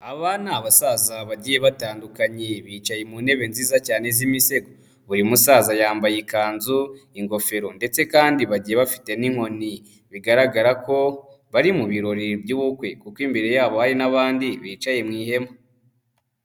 Aba ni abasaza bagiye batandukanye, bicaye mu ntebe nziza cyane z'imisego. Buri musaza yambaye ikanzu, ingofero ndetse kandi bagiye bafite n'inkoni. Bigaragara ko bari mu birori by'ubukwe kuko imbere yabo hari n'abandi bicaye mu ihema.